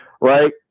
right